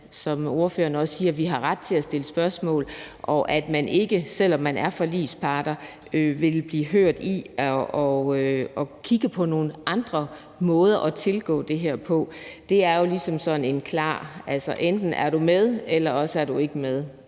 som ordføreren også siger vi har ret til at stille spørgsmål om, og at man ikke, selv om man er forligspart, ville blive lyttet til i forhold til at kigge på nogle andre måder at gå til det her på. Det er jo ligesom sådan et klart valg: Enten er du med i det, eller også er du ikke med